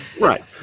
Right